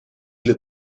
для